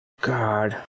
god